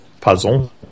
puzzle